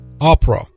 Opera